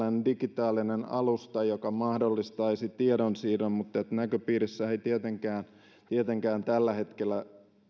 digitaalinen alusta joka mahdollistaisi tiedonsiirron mutta näköpiirissä ei tietenkään tällä hetkellä